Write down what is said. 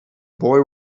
boy